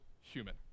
human